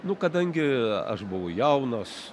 nu kadangi aš buvau jaunas